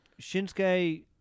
Shinsuke